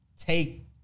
take